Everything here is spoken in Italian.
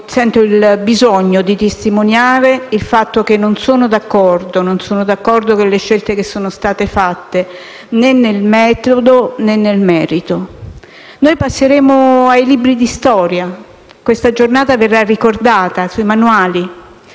sento il bisogno di testimoniare il fatto che non sono d'accordo con le scelte fatte né nel metodo né nel merito. Noi passeremo ai libri di storia. Questa giornata verrà ricordata sui manuali